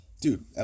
Dude